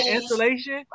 Installation